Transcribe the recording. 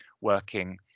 working